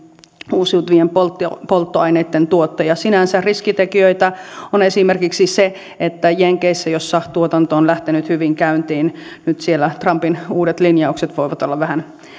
uusiutuvien polttoaineitten tuottaja sinänsä riskitekijöitä on esimerkiksi se että jenkeissä missä tuotanto on lähtenyt hyvin käyntiin nyt trumpin uudet linjaukset voivat olla vähän